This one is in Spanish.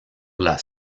las